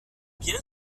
bien